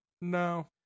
no